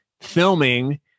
filming